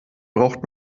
braucht